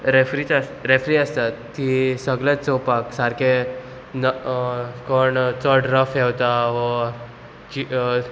referee referee आसतात ती सगळे चोवपाक सारके कोण चड रफ येवता वो